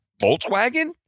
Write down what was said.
Volkswagen